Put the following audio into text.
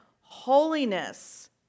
holiness